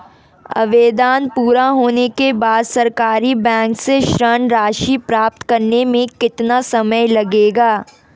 आवेदन पूरा होने के बाद सरकारी बैंक से ऋण राशि प्राप्त करने में कितना समय लगेगा?